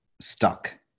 stuck